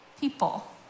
people